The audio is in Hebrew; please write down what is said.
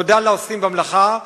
תודה לעושים במלאכה.